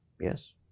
yes